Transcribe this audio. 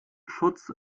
schutz